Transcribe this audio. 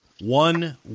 One